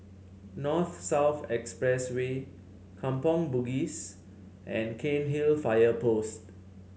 North South Expressway Kampong Bugis and Cairnhill Fire Post